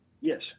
yes